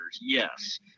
Yes